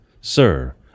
Sir